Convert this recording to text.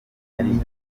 ari